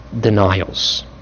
denials